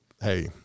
hey